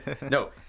No